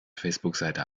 facebookseite